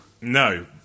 No